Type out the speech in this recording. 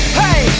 hey